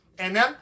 Amen